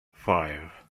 five